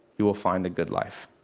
you will find the good life.